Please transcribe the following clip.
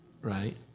right